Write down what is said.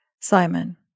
Simon